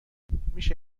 میشه